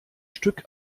stück